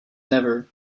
never